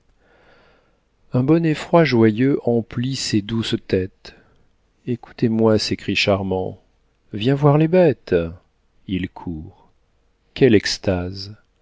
un bon effroi joyeux emplit ces douces têtes écoutez-moi ces cris charmants viens voir les bêtes ils courent quelle extase